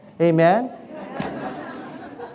Amen